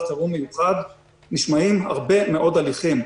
חירום מיוחד נשמעים הרבה מאוד הליכים.